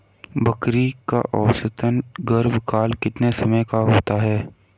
बकरी का औसतन गर्भकाल कितने समय का होता है?